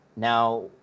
Now